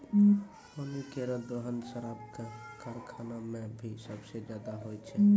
पानी केरो दोहन शराब क कारखाना म भी सबसें जादा होय छै